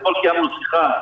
אתמול קיימנו שיחה,